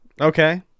okay